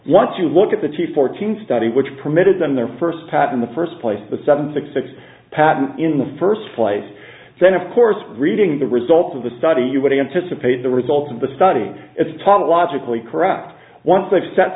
once you look at the two fourteen study which permitted them their first pass in the first place with seven six six patents in the first place then of course reading the results of the study you would anticipate the results of the study is tautologically correct once they've set